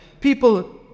People